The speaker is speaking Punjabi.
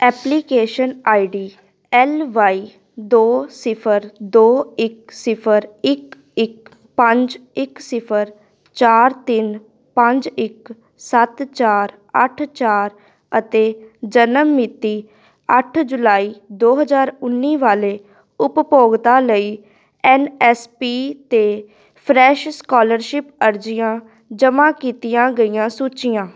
application I D L Y ਦੋ ਸਿਫਰ ਦੋ ਇੱਕ ਸਿਫਰ ਇੱਕ ਇੱਕ ਪੰਜ ਇੱਕ ਸਿਫਰ ਚਾਰ ਤਿੰਨ ਪੰਜ ਇੱਕ ਸੱਤ ਚਾਰ ਅੱਠ ਚਾਰ ਅਤੇ ਜਨਮ ਮਿਤੀ ਅੱਠ ਜੁਲਾਈ ਦੋ ਹਜ਼ਾਰ ਉੱਨੀ ਵਾਲੇ ਉਪਭੋਗਤਾ ਲਈ ਐਨ ਐਸ ਪੀ 'ਤੇ ਫਰੈਸ਼ ਸਕੋਲਰਸ਼ਿਪ ਅਰਜ਼ੀਆਂ ਜਮ੍ਹਾਂ ਕੀਤੀਆਂ ਗਈਆਂ ਸੂਚੀਆਂ